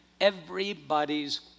everybody's